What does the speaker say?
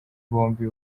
bombi